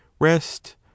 rest